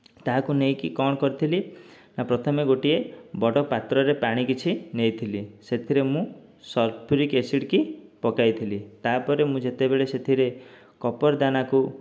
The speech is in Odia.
ତାହାକୁ ନେଇକି କ'ଣ କରିଥିଲି ନା ପ୍ରଥମେ ଗୋଟିଏ ବଡ଼ ପାତ୍ରରେ ପାଣି କିଛି ନେଇଥିଲି ସେଥିରେ ମୁଁ ସଲଫ୍ୟୁରିକ୍ ଏସିଡ଼କି ପକାଇଥିଲି ତା'ପରେ ମୁଁ ଯେତେବେଳେ ସେଥିରେ କପର ଦାନାକୁ